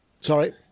sorry